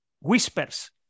whispers